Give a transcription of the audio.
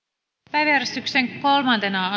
päiväjärjestyksen kolmantena